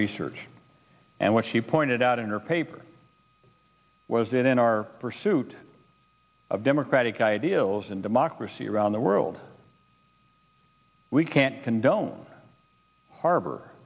research and what she pointed out in her paper was that in our pursuit of democratic ideals and democracy around the world we can't condone harbor